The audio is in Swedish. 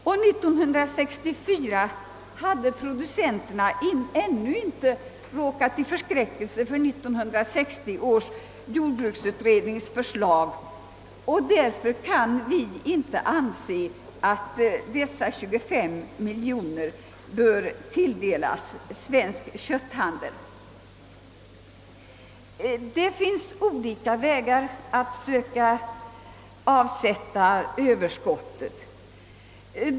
Och 1964 hade producenterna ännu inte råkat i förskräckelse för 1960 års jordbruksutrednings förslag. Vi kan alltså inte hålla med om att dessa 25 miljoner bör tilldelas Svensk kötthandel. Det finns olika metoder att vinna avsättning för överskotten.